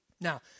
Now